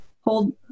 hold